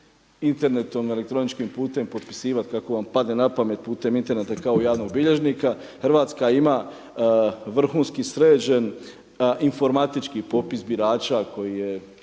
internetom, elektroničkim putem potpisivati kako vam padne na pamet, putem interneta kao javnog bilježnika. Hrvatska ima vrhunski sređen informatički popis birača koji je